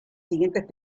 siguientes